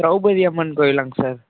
திரௌபதி அம்மன் கோயிலாங்க சார்